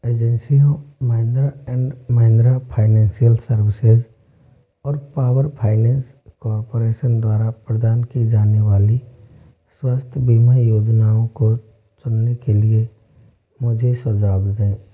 एजेंसियों Mahindra and Mahindra financial services और power finance corporation द्वारा प्रदान की जाने वाली स्वस्थ्य बीमा योजनाओं को चुनने के लिए मुझे सुझाव दें